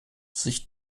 sich